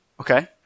Okay